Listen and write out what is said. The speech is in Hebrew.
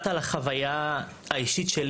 יש להם מאוד בעיה עם נשים בצבא,